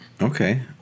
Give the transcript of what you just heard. Okay